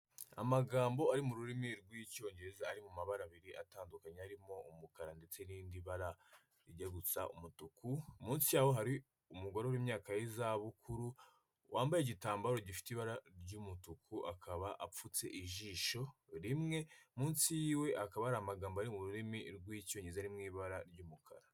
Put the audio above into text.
Amagambo ari mu rurimi rw'icyongereza ari mu mabara abiri atandukanye harimo umukara ndetse n'indi bara rijya gusa umutuku, hasi hari umugore w'imyaka y'izabukuru wambaye igitambaro gifite ibara ry'umutuku akaba apfutse ijisho rimwe munsi yiwe akaba ari amagambo ari mu rurimi rw'icyongereza ari mu ibara ry'umukara.